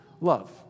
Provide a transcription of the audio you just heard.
Love